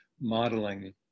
modeling